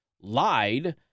lied